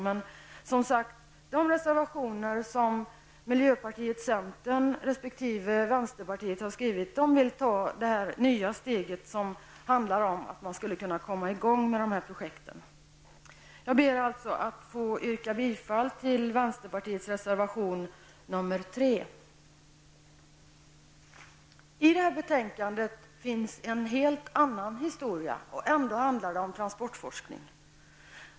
Men, som sagt, de reservationer som miljöpartiet, centern och vi i vänsterpartiet har väckt visar att vi alla vill ta ett första steg. Det gäller ju att komma i gång med de här projekten. Jag yrkar bifall till vänsterpartiets reservation nr 3. I detta betänknade finns det en helt annan historia, och ändå handlar det om transportforskning.